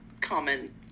common